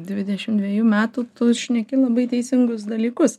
dvidešim dviejų metų tu šneki labai teisingus dalykus